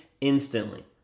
instantly